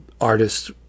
artists